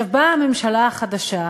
באה הממשלה החדשה,